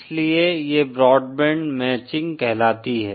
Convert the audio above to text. इसलिए ये broadband matching कहलाती हैं